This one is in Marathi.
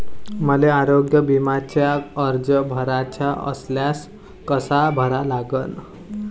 मले आरोग्य बिम्याचा अर्ज भराचा असल्यास कसा भरा लागन?